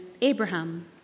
Abraham